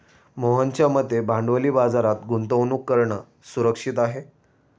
मोहनच्या मते भांडवली बाजारात गुंतवणूक करणं सुरक्षित आहे